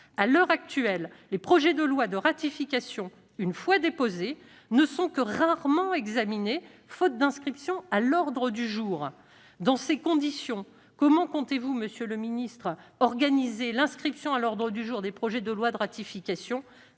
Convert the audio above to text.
À l'heure actuelle, les projets de loi de ratification une fois déposés ne sont que rarement examinés, faute d'inscription à l'ordre du jour. Monsieur le ministre, comment comptez-vous organiser l'inscription à l'ordre du jour des projets de loi de ratification,